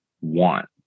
want